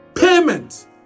payment